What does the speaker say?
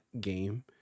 game